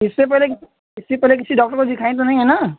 इससे पहले कि इससे पहले किसी डॉक्टर को दिखाई तो नहीं हैं ना